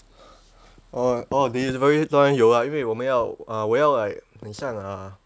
oh oh delivery 当然有啦因为我们要 uh 我要 like 很像 uh